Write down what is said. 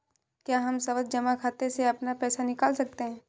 क्या हम सावधि जमा खाते से अपना पैसा निकाल सकते हैं?